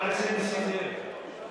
חבר הכנסת נסים זאב,